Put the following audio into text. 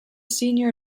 senior